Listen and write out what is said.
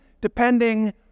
depending